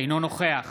אינו נוכח